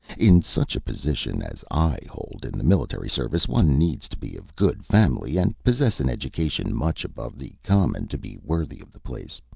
in such a position as i hold in the military service one needs to be of good family and possess an education much above the common to be worthy of the place.